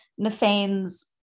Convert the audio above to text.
Nafane's